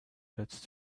getting